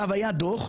היה דו"ח,